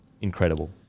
Incredible